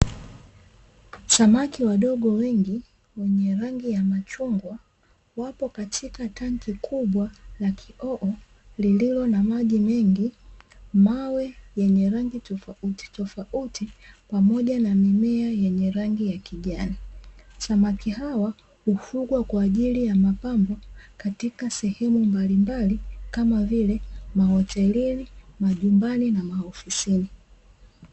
Samaki wadogo wengi wenye rangi ya machungwa wapo katika tangi kubwa la kioo lililo na maji mengi, mawe yenye rangi tofauti tofauti pamoja na mimea yenye rangi ya kijani. Samaki hawa hufungwa kwa ajili ya mapambo katika sehemu mbalimbali kama vile mahotelini, majumbani na maofisini.